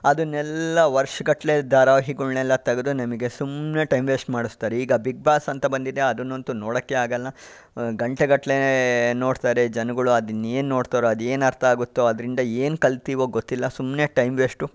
ಅದನ್ನೆಲ್ಲ ವರ್ಷಗಟ್ಲೆ ಧಾರವಾಹಿಳನ್ನೆಲ್ಲ ತೆಗದು ನಮಗೆ ಸುಮ್ಮನೆ ಟೈಮ್ ವೇಷ್ಟ್ ಮಾಡಿಸ್ತಾರೆ ಈಗ ಬಿಗ್ ಬಾಸ್ ಅಂತ ಬಂದಿದೆ ಅದನ್ನಂತೂ ನೋಡೋಕ್ಕೆ ಆಗಲ್ಲ ಗಂಟೆಗಟ್ಲೆ ನೋಡ್ತಾರೆ ಜನಗಳು ಅದಿನ್ನೇನು ನೋಡ್ತಾರೋ ಅದೇನು ಅರ್ಥಾಗುತ್ತೋ ಅದರಿಂದ ಏನು ಕಲ್ತಿವೋ ಗೊತ್ತಿಲ್ಲ ಸುಮ್ಮನೆ ಟೈಮ್ ವೇಷ್ಟು